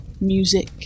Music